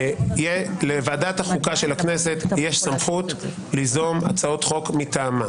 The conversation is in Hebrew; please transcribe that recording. לוועדת החוקה של הכנסת יש סמכות ליזום הצעות חוק מטעמה.